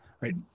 Right